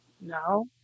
no